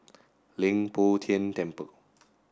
Leng Poh Tian Temple